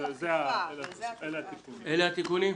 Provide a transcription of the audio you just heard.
אלה התיקונים.